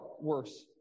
worse